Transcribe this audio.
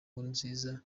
nkurunziza